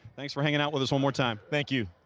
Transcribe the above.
thanks for hanging out with us one more time. thank you.